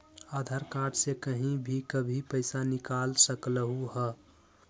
आधार card से कहीं भी कभी पईसा निकाल सकलहु ह?